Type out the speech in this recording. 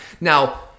Now